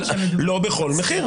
לא בכל מחיר.